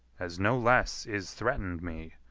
as no less is threatened me,